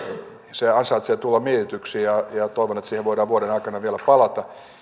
se ansaitsee tulla mietityksi ja ja toivon että siihen voidaan vuoden aikana vielä palata